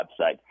website